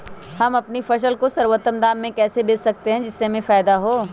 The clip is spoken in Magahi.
हम अपनी फसल को सर्वोत्तम दाम में कैसे बेच सकते हैं जिससे हमें फायदा हो?